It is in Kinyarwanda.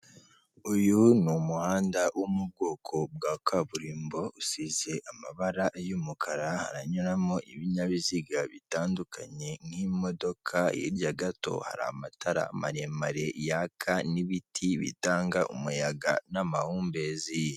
Uyu ni umuhanda wo mu bwoko bwa kaburimbo, usize amabara y'umukara anyuramo ibinyabiziga bitandukanye nk'imodoka, hirya gato hari amatara maremare yaka n'ibiti bitanga umuyaga n'amahumbezi.